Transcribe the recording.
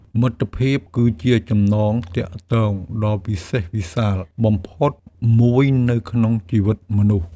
មិត្តភាពគឺជាចំណងទាក់ទងដ៏វិសេសវិសាលបំផុតមួយនៅក្នុងជីវិតមនុស្ស។